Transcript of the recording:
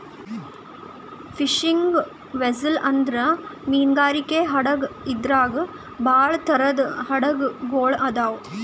fishing vessel ಅಂದ್ರ ಮೀನ್ಗಾರಿಕೆ ಹಡಗ್ ಇದ್ರಾಗ್ ಭಾಳ್ ಥರದ್ ಹಡಗ್ ಗೊಳ್ ಅದಾವ್